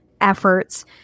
efforts